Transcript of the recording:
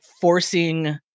forcing